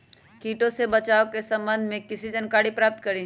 किटो से बचाव के सम्वन्ध में किसी जानकारी प्राप्त करें?